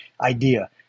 idea